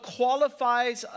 qualifies